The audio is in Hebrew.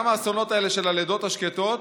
גם האסונות האלה של הלידות השקטות,